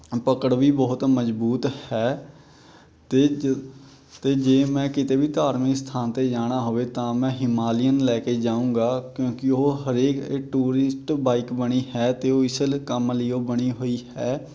ਪਕੜ ਵੀ ਬਹੁਤ ਮਜਬੂਤ ਹੈ ਅਤੇ ਜ ਅਤੇ ਜੇ ਮੈਂ ਕਿਤੇ ਵੀ ਧਾਰਮਿਕ ਸਥਾਨ 'ਤੇ ਜਾਣਾ ਹੋਵੇ ਤਾਂ ਮੈਂ ਹਿਮਾਲੀਅਨ ਨੂੰ ਲੈ ਕੇ ਜਾਊਂਗਾ ਕਿਉਂਕਿ ਉਹ ਹਰੇਕ ਇਹ ਟੂਰਿਸਟ ਬਾਈਕ ਬਣੀ ਹੈ ਅਤੇ ਉਹ ਇਸ ਲ ਕੰਮ ਲਈ ਉਹ ਬਣੀ ਹੋਈ ਹੈ